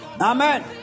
Amen